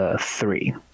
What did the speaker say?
three